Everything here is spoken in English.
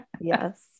Yes